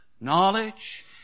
knowledge